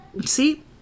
See